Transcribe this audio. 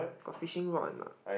got fishing rod a knot